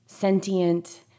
sentient